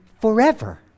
forever